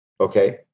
Okay